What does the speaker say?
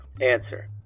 Answer